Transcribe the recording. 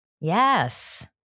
Yes